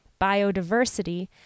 biodiversity